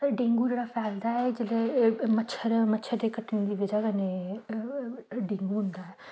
dengue जेल्लै फैलदा ऐ ते जेल्लै मच्छर मच्छर कट्टने दी बजह कन्नै मच्छर होंदा ऐ